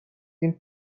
این